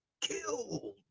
killed